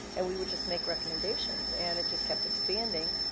and we would just make recommendations. and it just kept expanding,